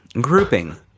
Grouping